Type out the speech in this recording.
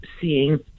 seeing